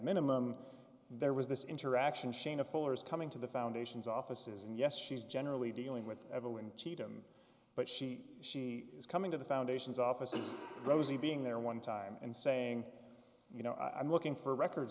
minimum there was this interaction shana fuller's coming to the foundation's offices and yes she's generally dealing with evelyn cheatham but she she is coming to the foundation's offices rosie being there one time and saying you know i'm looking for records